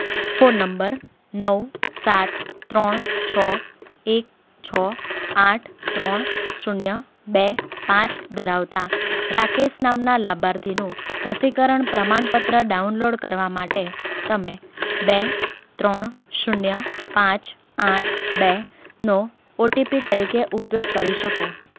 phone number નવ સાત ત્રણ છો એક છ આઠ ત્રણ શૂન્ય બે પાંચ ધરાવતા રાકેશ નામના લાભાર્થીનું રસીકરણ પ્રમાણ પત્ર ડાઉનલોડ કરવા માટે તમે બે ત્રણ શૂન્ય પાંચ આઠ બે નો ઓટીપી તરીકે ઉપયોગ કરી શકો